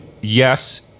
yes